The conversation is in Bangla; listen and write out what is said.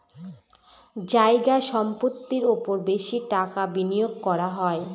জায়গা সম্পত্তির ওপর বেশি টাকা বিনিয়োগ করা হয়